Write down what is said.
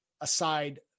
aside